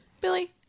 Billy